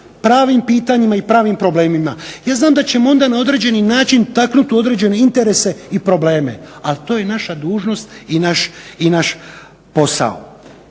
pravim pitanjima i pravim problemima. Ja znam da ćemo onda na određeni način taknuti u određene interese i probleme, ali to je naša dužnost i naš posao.